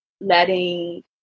letting